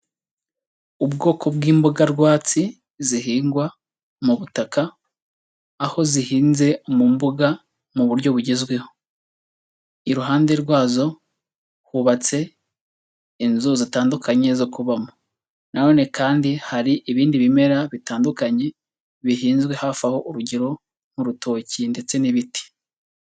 Ubwoko bw'imboga rwatsi zihingwa mu butaka, aho zihinze mu mbuga mu buryo bugezweho, iruhande rwazo hubatse inzu zitandukanye zo kubamo na none kandi hari ibindi bimera bitandukanye bihinzwe hafi aho urugero nk'urutoki ndetse n'ibiti.